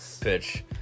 pitch